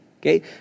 okay